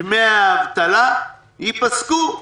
דמי האבטלה ייפסקו.